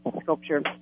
sculpture